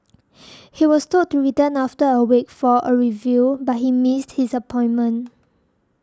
he was told to return after a week for a review but missed his appointment